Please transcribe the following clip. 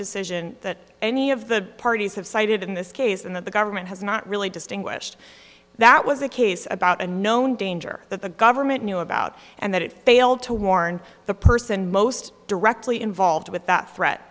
decision that any of the parties have cited in this case and that the government has not really distinguished that was the case about a known danger that the government knew about and that it failed to warn the person most directly involved with that threat